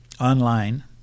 online